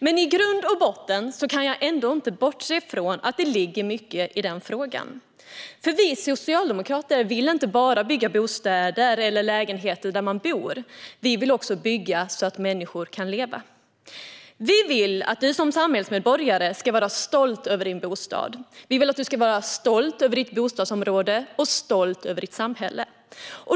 Men i grund och botten kan jag ändå inte bortse från att det ligger mycket i frågan, för vi socialdemokrater vill inte bara bygga bostäder eller lägenheter att bo i. Vi vill också bygga så att människor kan leva. Vi vill att du som samhällsmedborgare ska vara stolt över din bostad. Vi vill att du ska vara stolt över ditt bostadsområde och stolt över ditt samhälle.